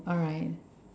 alright